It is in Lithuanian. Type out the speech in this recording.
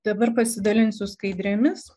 dabar pasidalinsiu skaidrėmis